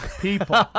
People